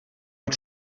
hat